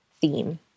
theme